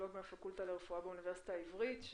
וירולוג מן הפקולטה לרפואה באוניברסיטה העברית,